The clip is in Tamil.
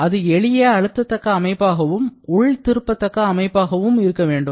அது எளிய அழுத்தத்தக்க அமைப்பாகவும் உள் திருப்பத்தக்க அமைப்பாகவும் இருக்க வேண்டும்